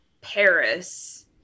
Paris